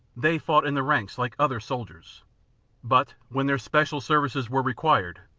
they fought in the ranks like other soldiers but, when their special services were required,